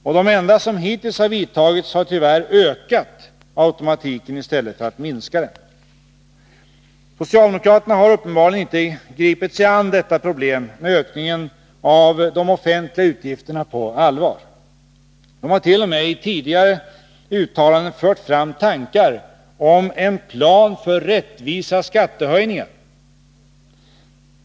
Och de enda som hittills har vidtagits har tyvärr ökat automatiken i stället för att ha minskat den. Socialdemokraterna har uppenbarligen inte gripit sig an detta problem med ökningen av de offentliga utgifterna på allvar. De hart.o.m. i tidigare uttalanden fört fram tankar om en ”plan för rättvisa skattehöjningar”.